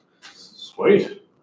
sweet